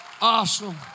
Awesome